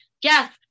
yes